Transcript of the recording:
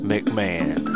McMahon